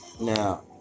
Now